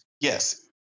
yes